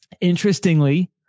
Interestingly